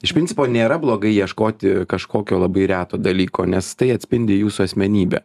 iš principo nėra blogai ieškoti kažkokio labai reto dalyko nes tai atspindi jūsų asmenybę